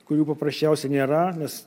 kurių paprasčiausiai nėra nes